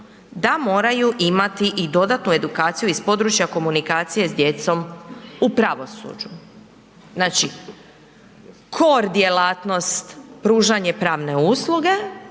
da moraju imati i dodatnu edukaciju iz područja komunikacija s djecom u pravosuđu. Znači kor djelatnost pružanje pravne usluge,